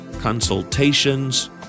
consultations